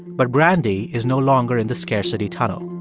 but brandy is no longer in the scarcity tunnel.